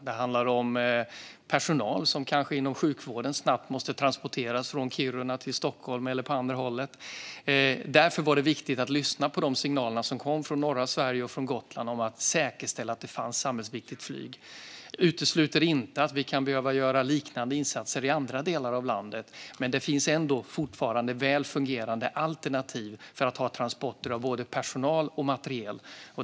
Det handlar om personal inom sjukvården som kanske måste transporteras snabbt från Kiruna till Stockholm eller åt andra hållet. Därför var det viktigt att lyssna på de signaler som kom från norra Sverige och från Gotland om att säkerställa att det finns samhällsviktigt flyg. Detta utesluter inte att vi kan behöva göra liknande insatser i andra delar av landet, men där finns fortfarande väl fungerande alternativ för att transportera både personal och materiel.